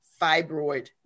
Fibroid